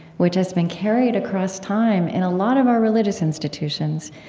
which has been carried across time in a lot of our religious institutions,